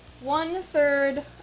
one-third